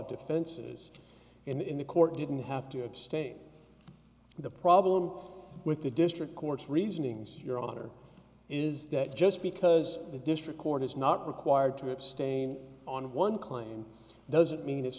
defenses and in the court didn't have to state the problem with the district court's reasonings your honor is that just because the district court is not required to abstain on one claim doesn't mean it's